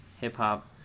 hip-hop